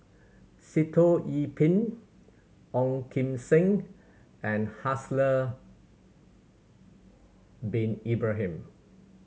Sitoh Yih Pin Ong Kim Seng and Haslir Bin Ibrahim